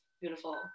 beautiful